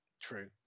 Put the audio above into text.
True